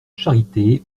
charité